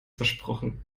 versprochen